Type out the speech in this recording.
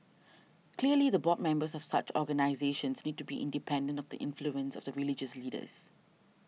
clearly the board members of such organisations need to be independent of the influence of the religious leaders